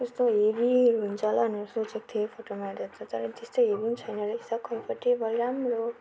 कस्तो हेभीहरू हुन्छ होला भनेर सोचेको थिएँ फोटोमा हेर्दा त तर त्यस्तो हेभी पनि छैन रहेछ कम्फरटेबल राम्रो